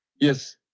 Yes